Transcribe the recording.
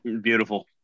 Beautiful